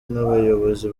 n’abayobozi